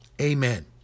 amen